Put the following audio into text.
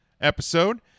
episode